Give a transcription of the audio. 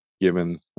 Given